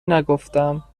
نگفتم